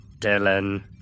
Dylan